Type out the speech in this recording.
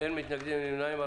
אין מתנגדים ואין נמנעים.